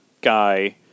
guy